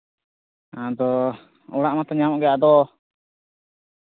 ᱟᱫᱚ ᱚᱲᱟᱜ ᱢᱟᱛᱚ ᱧᱟᱢᱚᱜᱼᱜᱮ ᱟᱫᱚ